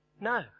No